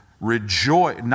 rejoice